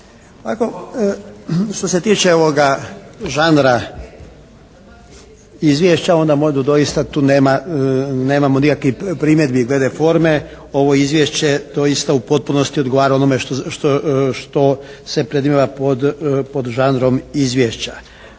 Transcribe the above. Što se tiče ovoga žanra izvješća onda doista tu nemamo nikakvih primjedbi glede forme. Ovo izvješće doista u potpunosti odgovara onome što se predmnijeva pod žanrom izvješća.